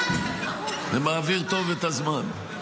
זה מעביר טוב את הזמן.